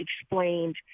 explained